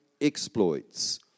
exploits